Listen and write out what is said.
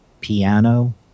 piano